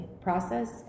process